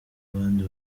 abandi